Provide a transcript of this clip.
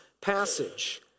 passage